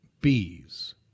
Bees